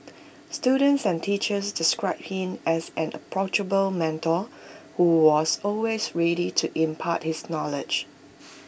students and teachers described him as an approachable mentor who was always ready to impart his knowledge